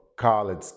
college